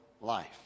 life